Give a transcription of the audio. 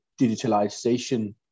digitalization